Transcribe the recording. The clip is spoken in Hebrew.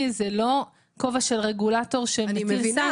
זה לא כובע של רגולטור שמטיל סנקציה.